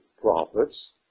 prophets